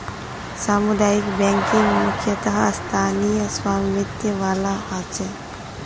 सामुदायिक बैंकिंग मुख्यतः स्थानीय स्वामित्य वाला ह छेक